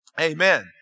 Amen